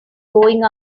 going